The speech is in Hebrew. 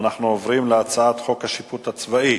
ואנחנו עוברים להצעת חוק השיפוט הצבאי